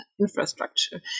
infrastructure